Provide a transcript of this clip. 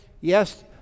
yes